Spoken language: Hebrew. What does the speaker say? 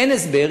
אין הסבר.